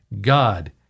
God